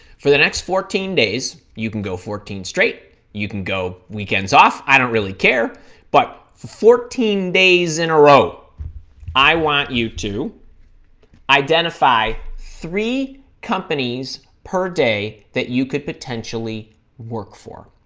for the next fourteen days you can go fourteen straight you can go weekends off i don't really care but fourteen days in a row i want you to identify three companies per day that you could potentially work for